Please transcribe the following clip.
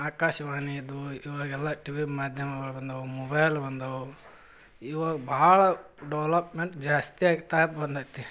ಆಕಾಶವಾಣಿ ಇದ್ದವು ಇವಾಗೆಲ್ಲ ಟಿವಿ ಮಾಧ್ಯಮಗಳು ಬಂದವೆ ಮೊಬೈಲ್ ಬಂದವು ಇವಾಗ ಭಾಳ ಡೆವಲಪ್ಮೆಂಟ್ ಜಾಸ್ತಿ ಆಗ್ತಾ ಬಂದೈತಿ